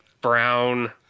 Brown